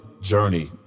journey